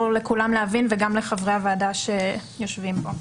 לכולם להבין וגם לחברי הוועדה שיושבים כאן.